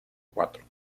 cuatro